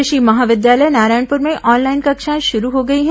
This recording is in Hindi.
कृषि महाविद्यालय नारायणपुर में ऑनलाइन कक्षाएं शुरू हो गई हैं